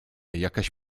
jakaś